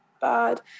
bad